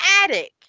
attic